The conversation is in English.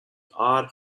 odd